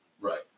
Right